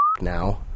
now